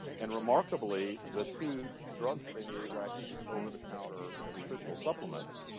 and remarkably, the two drugs that they needed were actually just over-the-counter nutritional supplements.